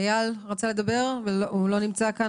יושב-ראש עמותה שמקימה